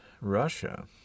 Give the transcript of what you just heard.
Russia